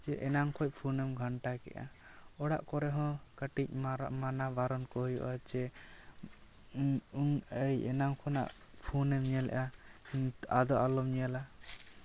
ᱮᱱᱟᱱ ᱠᱷᱚᱡ ᱯᱷᱩᱱᱮᱢ ᱜᱷᱟᱱᱴᱟ ᱠᱮᱜᱼᱟ ᱚᱲᱟᱜ ᱠᱚᱨᱮᱜ ᱦᱚᱸ ᱠᱟᱹᱴᱤᱡ ᱢᱟᱱᱟ ᱵᱟᱨᱚᱱ ᱠᱚ ᱦᱩᱭᱩᱜᱼᱟ ᱡᱮ ᱮᱭ ᱮᱱᱟᱝ ᱠᱷᱚᱱᱟᱜ ᱯᱷᱩᱱᱮᱢ ᱧᱮᱞᱮᱜᱼᱟ ᱟᱫᱚ ᱟᱞᱚᱢ ᱧᱮᱞᱟ